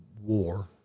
war